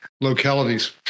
localities